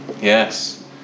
yes